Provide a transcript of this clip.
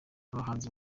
abahanzi